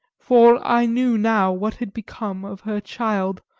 for i knew now what had become of her child,